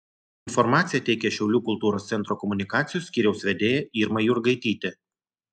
informaciją teikia šiaulių kultūros centro komunikacijos skyriaus vedėja irma jurgaitytė